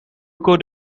could